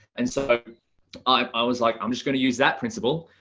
and so i was like, i'm just going to use that principle,